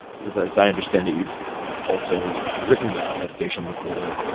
as i understand it, you've also written about meditation before.